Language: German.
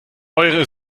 eure